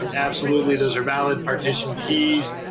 but absolutely those are valid partition keys.